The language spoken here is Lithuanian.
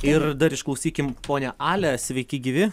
ir dar išklausykim ponią alę sveiki gyvi